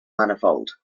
manifold